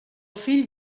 fill